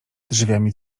drzwiami